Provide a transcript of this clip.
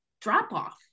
drop-off